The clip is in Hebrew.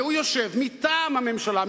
והוא יושב מטעם הממשלה,